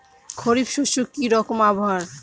খরিফ শস্যে কি রকম আবহাওয়ার?